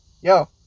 Yo